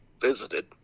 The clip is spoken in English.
visited